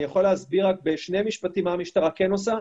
אני יכול להסביר בשני משפטים מה המשטרה כן עושה?